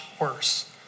worse